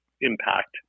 impact